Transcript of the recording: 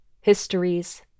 histories